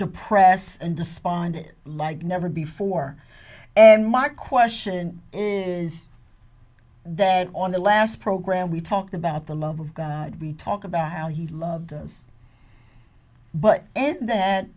depressed and despondent like never before and my question is that on the last program we talked about the love of god we talk about how he loved us but that